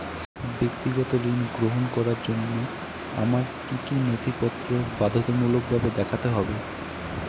ব্যক্তিগত ঋণ গ্রহণ করার জন্য আমায় কি কী নথিপত্র বাধ্যতামূলকভাবে দেখাতে হবে?